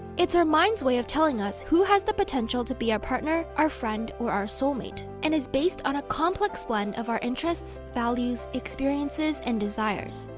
it's our mind's way of telling us who has the potential to be our partner, our friend, or our soul mate, and is based on a complex blend of our interests, values, experiences, and desires.